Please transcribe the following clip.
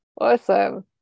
awesome